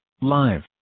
live